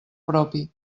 propi